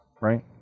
Right